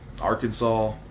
Arkansas